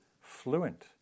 fluent